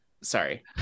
Sorry